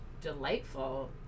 delightful